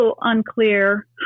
unclear